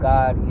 God